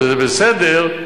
וזה בסדר,